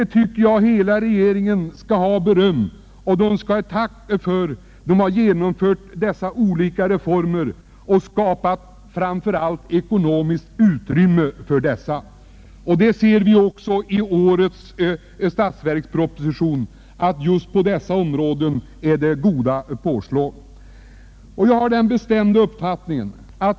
Jag tycker att hela regeringen skall ha beröm och tack för att den har genomfört dessa olika reformer och framför allt för att den har skapat ekonomiskt utrymme för dem. Också i årets statsverksproposition görs det goda påslag just på dessa områden.